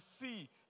see